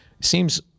seems